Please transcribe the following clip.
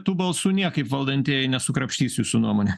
tų balsų niekaip valdantieji nesukrapštys jūsų nuomone